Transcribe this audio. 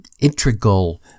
integral